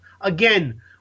Again